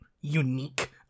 unique